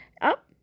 up